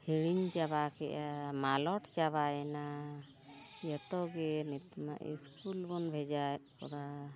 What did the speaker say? ᱦᱤᱲᱤᱧ ᱪᱟᱵᱟ ᱠᱮᱫᱟ ᱢᱟᱞᱚᱴ ᱪᱟᱵᱟᱭᱮᱱᱟ ᱡᱚᱛᱚᱜᱮ ᱱᱤᱛᱳᱜ ᱥᱠᱩᱞ ᱵᱚᱱ ᱵᱷᱮᱡᱟᱭᱮᱫ ᱠᱚᱣᱟ